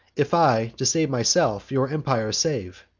if i, to save myself, your empire save.